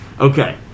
Okay